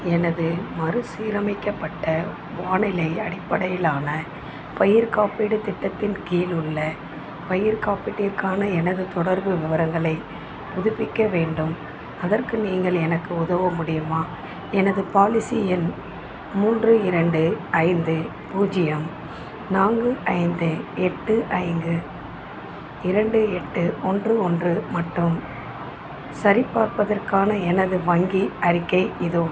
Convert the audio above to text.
எனது மறுசீரமைக்கப்பட்ட வானிலை அடிப்படையிலான பயிர்காப்பீட்டுத் திட்டத்தின் கீழ் உள்ள பயிர்க் காப்பீட்டிற்கான எனது தொடர்பு விவரங்களை புதுப்பிக்க வேண்டும் அதற்கு நீங்கள் எனக்கு உதவ முடியுமா எனது பாலிசி எண் மூன்று இரண்டு ஐந்து பூஜ்ஜியம் நான்கு ஐந்து எட்டு ஐந்து இரண்டு எட்டு ஒன்று ஒன்று மற்றும் சரிபார்ப்பதற்கான எனது வங்கி அறிக்கை இதோ